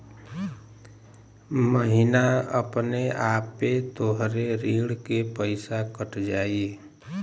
महीना अपने आपे तोहरे ऋण के पइसा कट जाई